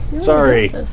Sorry